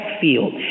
field